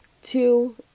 Two